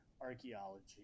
archaeology